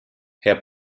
herr